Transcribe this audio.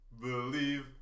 believe